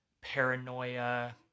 paranoia